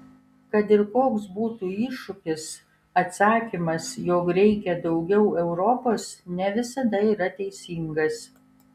kad ir koks būtų iššūkis atsakymas jog reikia daugiau europos ne visada yra teisingas